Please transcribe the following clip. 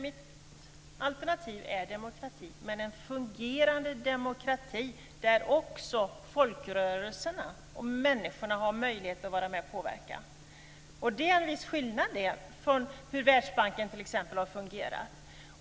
Fru talman! Mitt alternativ är en fungerande demokrati där också folkrörelserna och människorna har möjlighet att vara med och påverka. Det är en viss skillnad från hur t.ex. Världsbanken har fungerat.